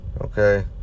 Okay